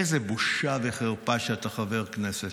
איזו בושה וחרפה שאתה חבר כנסת.